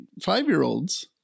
five-year-olds